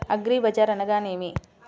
అగ్రిబజార్ అనగా నేమి?